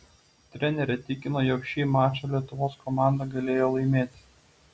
trenerė tikino jog šį mačą lietuvos komanda galėjo laimėti